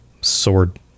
sword